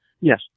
Yes